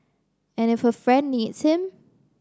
and if a friend needs him